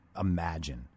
imagine